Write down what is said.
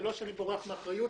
זה לא שאני בורח מאחריות,